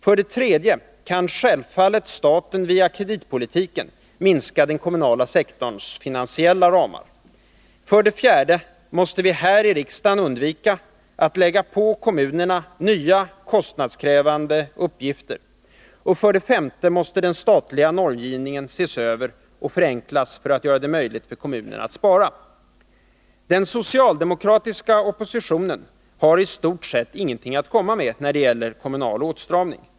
För det tredje kan självfallet staten via kreditpolitiken minska den kommunala sektorns finansiella ram. För det fjärde måste vi här i riksdagen undvika att lägga på kommunerna nya, kostnadskrävande uppgifter. För det femte måste den statliga normgivningen ses över och förenklas för att göra det möjligt för kommunerna att spara. Den socialdemokratiska oppositionen har i stort sett ingenting att komma med när det gäller kommunal åtstramning.